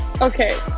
Okay